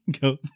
Go